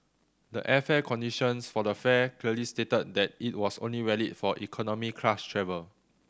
the airfare conditions for the fare clearly stated that it was only valid for economy class travel